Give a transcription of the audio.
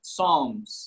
Psalms